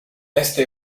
este